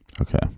okay